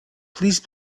please